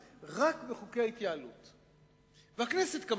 בוקר טוב, גברתי היושבת בראש, חברי חברי הכנסת.